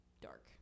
dark